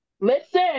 Listen